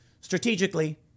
strategically